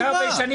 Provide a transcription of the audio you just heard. בארץ.